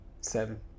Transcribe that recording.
seven